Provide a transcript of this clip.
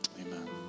amen